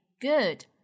Good